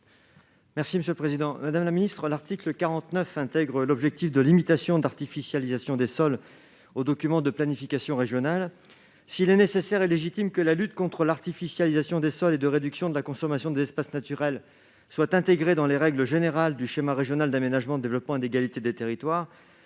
La parole est à M. Stéphane Demilly. L'article 49 intègre l'objectif de réduction de l'artificialisation des sols dans les documents de planification régionaux. S'il est nécessaire et légitime que la lutte contre l'artificialisation des sols et la réduction de la consommation des espaces naturels soient intégrées dans les règles générales du schéma régional d'aménagement, de développement durable et d'égalité des territoires,